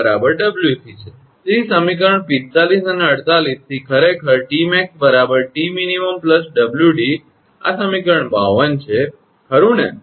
તેથી સમીકરણ 45 અને 48 થી ખરેખર 𝑇𝑚𝑎𝑥 𝑇𝑚𝑖𝑛 𝑊𝑑 આ સમીકરણ 52 છે ખરુ ને